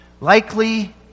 likely